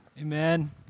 Amen